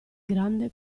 grande